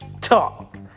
talk